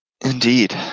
Indeed